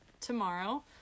tomorrow